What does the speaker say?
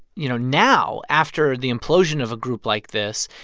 you know, now, after the implosion of a group like this,